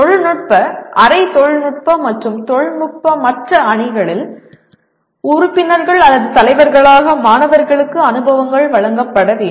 தொழில்நுட்ப அரை தொழில்நுட்ப மற்றும் தொழில்நுட்பமற்ற அணிகளில் உறுப்பினர்கள் அல்லது தலைவர்களாக மாணவர்களுக்கு அனுபவங்கள் வழங்கப்பட வேண்டும்